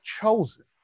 chosen